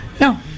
No